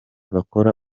bakora